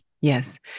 yes